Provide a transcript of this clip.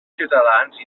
ciutadans